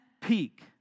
peak